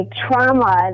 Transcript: trauma